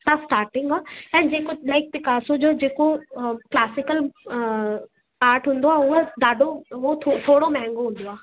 तां स्टार्टिंग आहे ऐं जेको लाइक पिकासो जो जेको क्लासिकल आर्ट हूंदो आहे उहो ॾाढो उहो थो थोरो महांगो हूंदो आहे